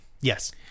yes